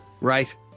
Right